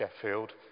Sheffield